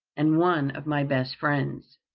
and one of my best friends.